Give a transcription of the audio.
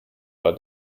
war